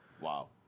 Wow